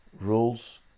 rules